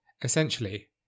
Essentially